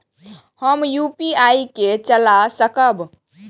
हम यू.पी.आई के चला सकब?